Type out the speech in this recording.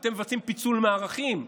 אתם מבצעים פיצול מערכים,